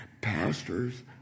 Pastors